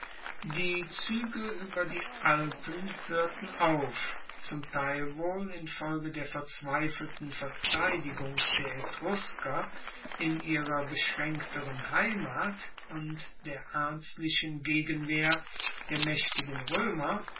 die zuege ueber die alpen hoerten auf zum teil wohl infolge der verzweifelten verteidigung der etrusker in ihrer beschraenkteren heimat und der ernstlichen gegenwehr der maechtigen roemer